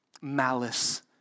malice